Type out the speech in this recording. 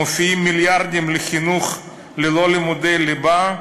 מופיעים מיליארדים לחינוך ללא לימודי ליבה,